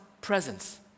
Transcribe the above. presence